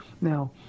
Now